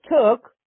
took